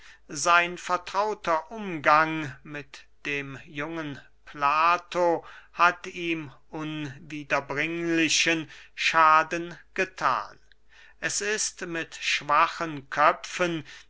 sein vertrauter umgang mit dem jungen plato hat ihm unwiederbringlichen schaden gethan es ist mit schwachen köpfen